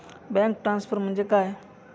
Bank transfer म्हणजे काय?